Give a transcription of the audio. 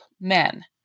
men